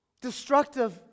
destructive